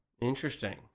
Interesting